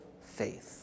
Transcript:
faith